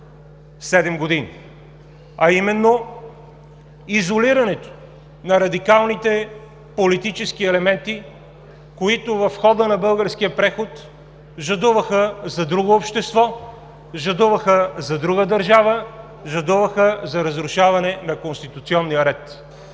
27 години, а именно изолирането на радикалните политически елементи, които в хода на българския преход жадуваха за друго общество, жадуваха за друга държава, жадуваха за разрушаване на конституционния ред.